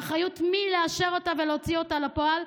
באחריות מי לאשר אותה ולהוציא אותה לפועל?